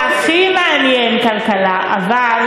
לא, כלכלה לא מעניין, הבנתי.